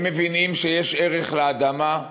הם מבינים שיש ערך לאדמה,